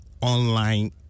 online